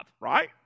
right